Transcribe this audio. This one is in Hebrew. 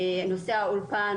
נושא האולפן